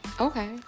Okay